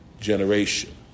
generation